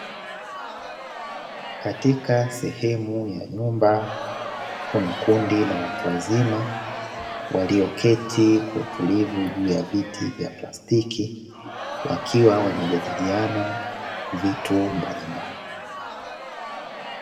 Katika sehemu ya nyumba kuna kundi la watu wazima, walioketi kwa utulivu juu ya viti vya plastiki wakiwa wanajadiliana vitu mbalimbali.